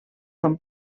són